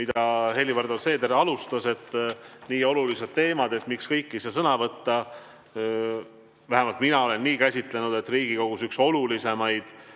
mille Helir-Valdor Seeder tõstatas: et nii olulised teemad, miks kõik ei saa sõna võtta. Vähemalt mina olen nii käsitanud, et Riigikogus on üks olulisimaid